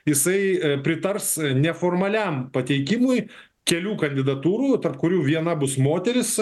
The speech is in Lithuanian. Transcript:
jisai pritars neformaliam pateikimui kelių kandidatūrų tarp kurių viena bus moteris